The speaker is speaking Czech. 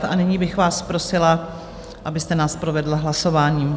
A nyní bych vás prosila, abyste nás provedla hlasováním.